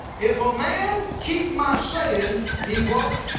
if a man keep my saying, he, what?